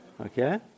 Okay